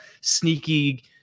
sneaky